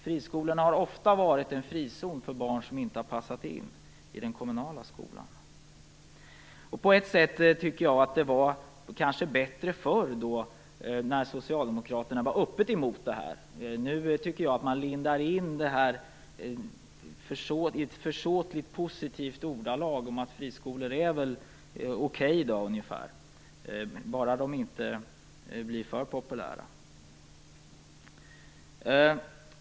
Friskolorna har ofta varit en frizon för barn som inte har passat in i den kommunala skolan. På ett sätt var det bättre förr, när socialdemokraterna var öppet emot friskolor. Nu lindar man in frågan i försåtligt positiva ordalag om att friskolor väl är okej, bara de inte blir för populära.